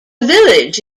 village